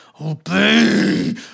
Obey